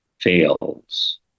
fails